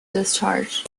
discharge